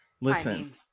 Listen